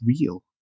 real